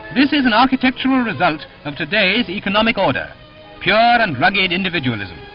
this is an architectural result of today's economic order pure and rugged individualism.